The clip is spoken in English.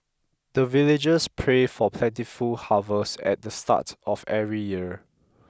the villagers pray for plentiful harvest at the start of every year